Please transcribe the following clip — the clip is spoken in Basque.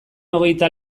hogeita